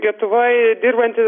lietuvoj dirbanti